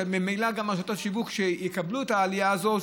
שהן ממילא גם אותן רשתות שיווק שיקבלו את העלייה הזו,